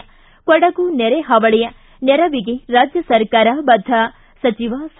ಿ ಕೊಡಗು ನೆರೆಹಾವಳಿ ನೆರವಿಗೆ ರಾಜ್ಯ ಸರ್ಕಾರ ಬದ್ದ ಸಚಿವ ಸಾ